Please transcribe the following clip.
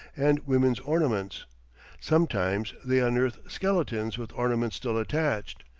and women's ornaments sometimes they unearth skeletons with ornaments still attached.